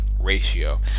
ratio